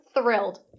thrilled